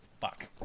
fuck